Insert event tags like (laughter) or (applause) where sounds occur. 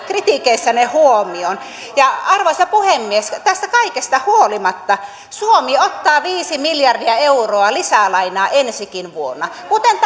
kritiikeissänne huomioon arvoisa puhemies tästä kaikesta huolimatta suomi ottaa viisi miljardia euroa lisää lainaa ensikin vuonna kuten (unintelligible)